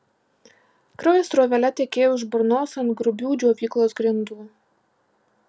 kraujas srovele tekėjo iš burnos ant grubių džiovyklos grindų